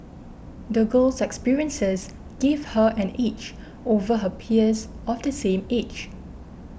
the girl's experiences give her an edge over her peers of the same age